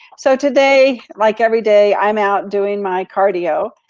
so today, like every day, i'm out doing my cardio,